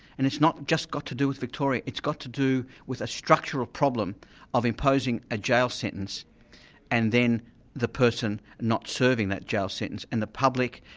and it's not just got to do with victoria, it's got to do with a structural problem of imposing a jail sentence and then the person not serving that jail sentence, and the public,